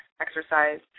exercise